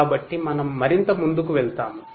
కాబట్టి మనము ముందుకు వెళ్తాము